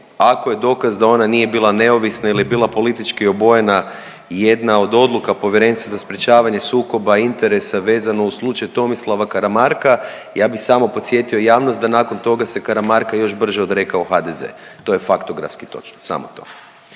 Ako je dokaz da ona nije bila neovisna ili je bila politički obojena jedna od odluka Povjerenstva za sprječavanje sukoba interesa vezano uz slučaj Tomislava Karamarka, ja bi samo podsjetio javnost da nakon toga se Karamarka još brže odrekao HDZ. To je faktografski točno, samo to.